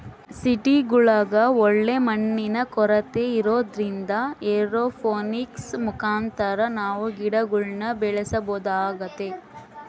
ಸಿಟಿಗುಳಗ ಒಳ್ಳೆ ಮಣ್ಣಿನ ಕೊರತೆ ಇರೊದ್ರಿಂದ ಏರೋಪೋನಿಕ್ಸ್ ಮುಖಾಂತರ ನಾವು ಗಿಡಗುಳ್ನ ಬೆಳೆಸಬೊದಾಗೆತೆ